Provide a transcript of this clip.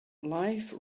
life